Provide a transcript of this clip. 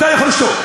אתה יכול לשתוק.